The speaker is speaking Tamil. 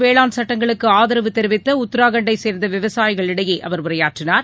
வேளாண் சட்டங்களுக்கு ஆதரவு தெரிவித்த உத்தரகாண்ட்டைச் சேர்ந்த விவசாயிகளிடையே அவர் உரையாற்றினார்